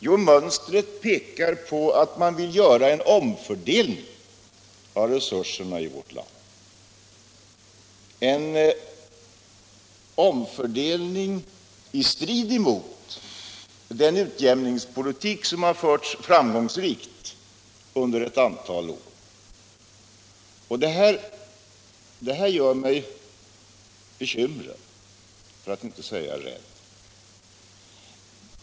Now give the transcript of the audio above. Jo, mönstret tyder på att man vill göra en omfördelning av resurserna i vårt land i strid med den utjämningspolitik som har förts framgångsrikt under ett antal år. Det här gör mig bekymrad, för att inte säga rädd.